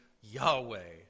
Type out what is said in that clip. Yahweh